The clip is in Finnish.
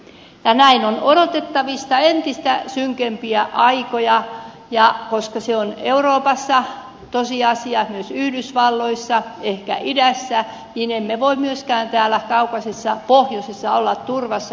näin on odotettavissa entistä synkempiä aikoja ja koska se on euroopassa tosiasia myös yhdysvalloissa ehkä idässä emme voi myöskään täällä kaukaisessa pohjoisessa olla turvassa